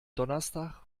donnerstag